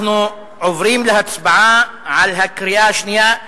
אנחנו עוברים להצבעה בקריאה השנייה,